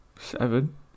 Seven